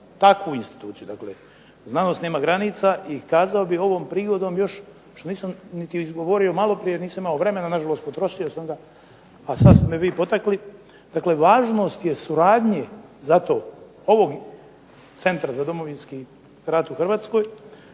takvu instituciju. Dakle, znanost nema granica. I kazao bih ovom prigodom još što nisam niti izgovorio malo prije, jer nisam imao vremena, na žalost potrošio sam ga, a sad ste me vi potakli. Dakle, važnost je suradnje za to, ovog Centra za Domovinski rat u Hrvatskoj